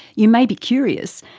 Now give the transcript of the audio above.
you may be curious,